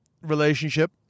relationship